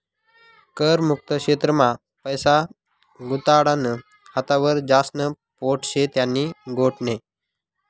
कर मुक्त क्षेत्र मा पैसा गुताडानं हातावर ज्यास्न पोट शे त्यानी गोट नै